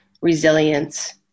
resilience